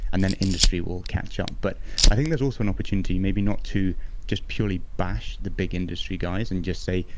and then industry will catch up um but i think there's also an opportunity, maybe not to just purely bash the big industry guys and just say,